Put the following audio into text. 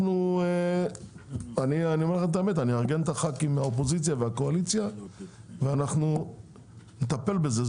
אני אארגן את הח"כים מהאופוזיציה ומהקואליציה ונטפל בזה.